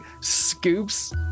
scoops